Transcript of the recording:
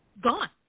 gone